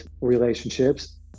relationships